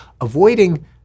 avoiding